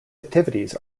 activities